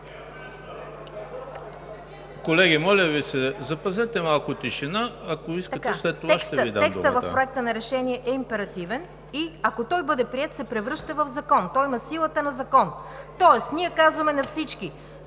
Колеги, моля Ви се, запазете малко тишина! Ако искате, след това ще Ви дам думата. МИНИСТЪР ТЕМЕНУЖКА ПЕТКОВА: Текстът в Проекта на решение е императивен и ако той бъде приет, се превръща в закон, той има силата на закон. Тоест ние казваме на всички: